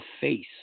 face